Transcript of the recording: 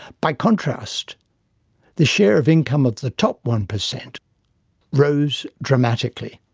by contrast the share of income of the top one per cent rose dramatically.